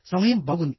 సమయం బాగుంది